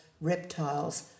reptiles